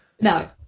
No